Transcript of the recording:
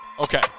Okay